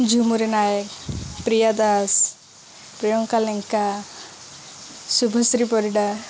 Jhumuri Nayak Priya Das Priyanka Lenka Subhashree Parida